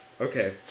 Okay